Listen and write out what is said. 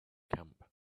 camp